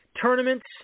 tournaments